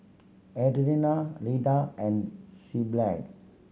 Adriana Leda and sea